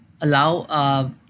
allow